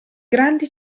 grandi